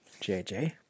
JJ